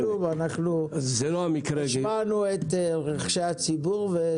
לא עשיתי כלום, השמענו את רחשי הציבור.